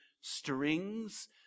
strings